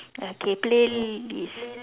okay playlist